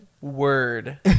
Word